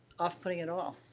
off-putting at all.